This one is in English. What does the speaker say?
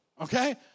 Okay